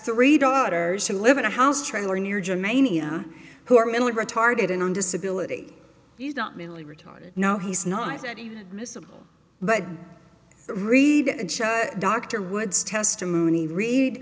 three daughters who live in a house trailer near germania who are mentally retarded and on disability he's not mentally retarded no he's not miscible but read dr wood's testimony read